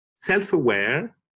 self-aware